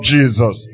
Jesus